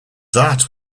that